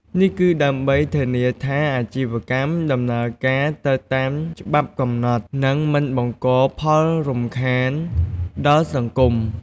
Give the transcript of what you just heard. នេះគឺដើម្បីធានាថាអាជីវកម្មដំណើរការទៅតាមច្បាប់កំណត់ និងមិនបង្កផលរំខានដល់សង្គម។